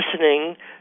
listening